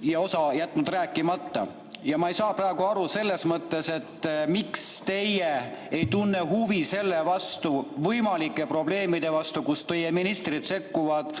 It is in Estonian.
ja osa jätnud rääkimata. Ma ei saa praegu aru selles mõttes, et miks te ei tunne huvi selle vastu, võimalike probleemide vastu, kus teie ministrid sekkuvad